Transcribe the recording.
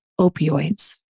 opioids